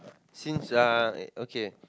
since uh okay